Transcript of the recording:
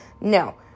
No